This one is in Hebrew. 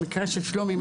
במקרה של שלומי,